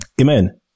amen